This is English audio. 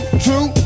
true